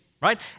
right